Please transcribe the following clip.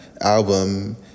Album